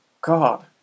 God